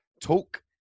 talk